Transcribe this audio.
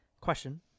Question